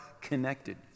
connected